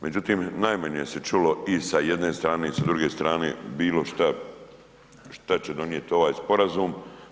Međutim, najmanje se čulo i sa jedne strane i sa druge strane bilo šta šta će donijeti ovaj sporazum.